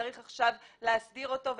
וצריך עכשיו להסדיר אותו,